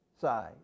size